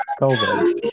COVID